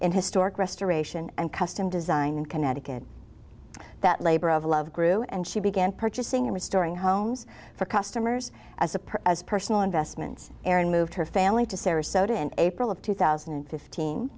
in historic restoration and custom design in connecticut that labor of love grew and she began purchasing and restoring homes for customers as a person as personal investments erin moved her family to sarasota in april of two thousand and fifteen